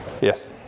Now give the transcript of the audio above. Yes